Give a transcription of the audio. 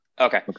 okay